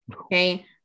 Okay